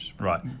Right